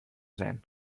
zen